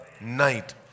night